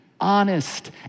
honest